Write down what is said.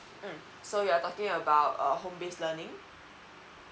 um so you're talking about uh home base learning